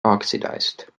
oxidised